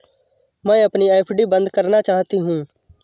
मैं अपनी एफ.डी बंद करना चाहती हूँ